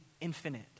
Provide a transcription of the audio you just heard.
infinite